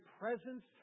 presence